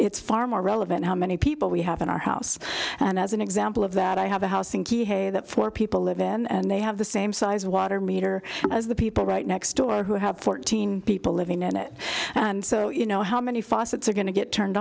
it's far more relevant how many people we have in our house and as an example of that i have a house in key hay that four people live and they have the same sized water meter as the people right next door who have fourteen people living in it and so you know how many faucets are going to get turned